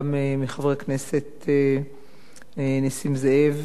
וגם מחבר הכנסת נסים זאב.